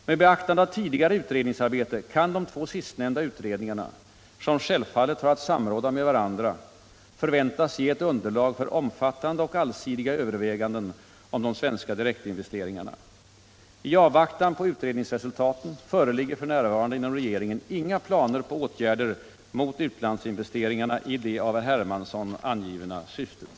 Med beaktande av tidigare utredningsarbete kan de två sistnämnda utredningarna, som självfallet har att samråda med varandra, förväntas ge ett underlag för omfattande och allsidiga överväganden om de svenska direktinvesteringarna. I avvaktan på utredningsresultaten föreligger f. n. inom regeringen inga planer på åtgärder mot utlandsinvesteringarna i det av herr Hermansson angivna syftet.